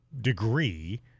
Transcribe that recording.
degree